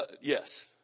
Yes